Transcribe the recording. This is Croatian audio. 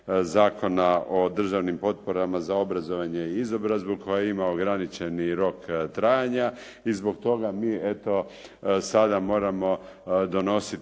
Zakona o državnim potporama za obrazovanje i izobrazbu koja ima ograničeni rok trajanja i zbog toga mi, eto sada moramo donositi